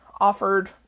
offered